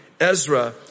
Ezra